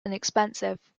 inexpensive